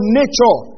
nature